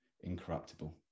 incorruptible